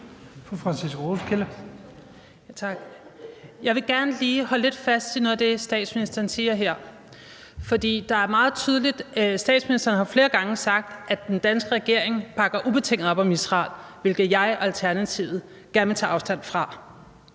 Jeg vil gerne lige holde lidt fast i noget af det, statsministeren siger her. Statsministeren har flere gange sagt, at den danske regering bakker ubetinget op om Israel, hvilket jeg og Alternativet gerne vil tage afstand fra.